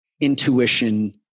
intuition